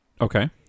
Okay